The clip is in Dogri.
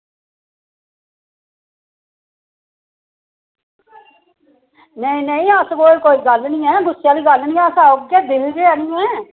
नेईं नेईं अस ओह् कोई गल्ल निं ऐ गुस्से आह्ली गल्ल निं ऐ अस औगे दिखगे आह्नियै